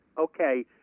okay